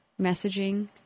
messaging